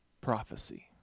prophecy